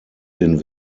den